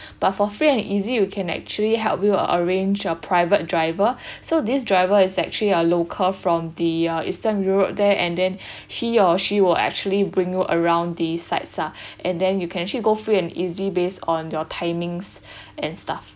but for free and easy we can actually help you arrange a private driver so this driver is actually a local from the uh eastern europe there and then he or she will actually bring you around the sites lah and then you can actually go free and easy based on your timings and stuff